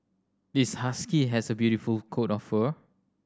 this husky has a beautiful coat of fur